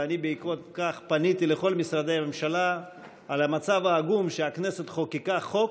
ובעקבות זאת פניתי לכל משרדי הממשלה על המצב העגום שהכנסת חוקקה חוק,